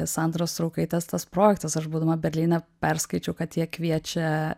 sandros straukaitės tas projektas aš būdama berlyne perskaičiau kad jie kviečia